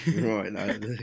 Right